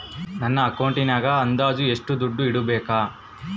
ನನ್ನ ಅಕೌಂಟಿನಾಗ ಅಂದಾಜು ಎಷ್ಟು ದುಡ್ಡು ಇಡಬೇಕಾ?